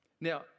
Now